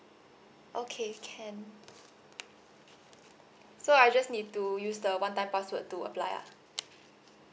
okay can so I just need to use the one-time password to apply lah